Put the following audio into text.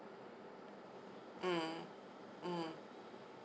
mm mm